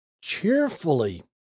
cheerfully